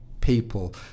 people